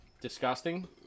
disgusting